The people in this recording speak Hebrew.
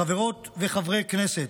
חברות וחברי הכנסת,